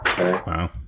Wow